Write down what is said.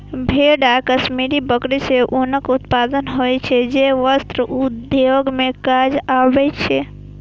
भेड़ आ कश्मीरी बकरी सं ऊनक उत्पादन होइ छै, जे वस्त्र उद्योग मे काज आबै छै